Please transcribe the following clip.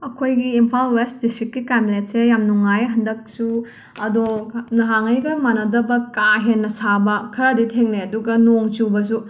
ꯑꯩꯈꯣꯏꯒꯤ ꯏꯝꯐꯥꯜ ꯋꯦꯁ ꯗꯤꯁꯇꯤꯛꯀꯤ ꯀꯥꯝꯂꯦꯠꯁꯦ ꯌꯥꯝ ꯅꯨꯡꯉꯥꯏ ꯍꯟꯗꯛꯁꯨ ꯑꯗꯣ ꯅꯍꯥꯟꯈꯩꯒ ꯃꯥꯟꯅꯗꯕ ꯀꯥ ꯍꯦꯟꯅ ꯁꯥꯕ ꯈꯔꯗꯤ ꯊꯦꯡꯅꯩ ꯑꯗꯨꯒ ꯅꯣꯡ ꯆꯨꯕꯁꯨ